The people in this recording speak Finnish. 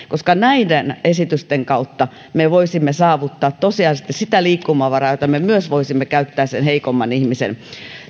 koska näiden esitysten kautta me voisimme saavuttaa tosiasiallisesti sitä liikkumavaraa jota me voisimme käyttää myös sen heikomman ihmisen